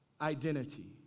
identity